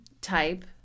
type